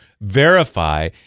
verify